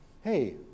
Hey